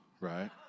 right